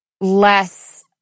less